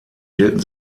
wählten